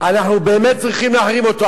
אנחנו באמת צריכים להחרים אותו.